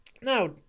Now